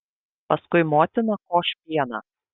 paskui motina koš pieną